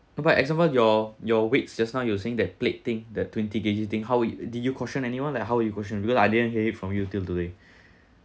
but example your your weighs just now you were saying that plate thing that twenty K_G thing how'd you did you caution anyone like how you will caution because I didn't hear it from you till today